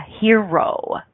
Hero